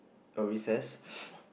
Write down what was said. oh recess